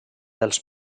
als